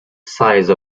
size